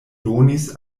donis